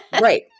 Right